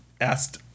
asked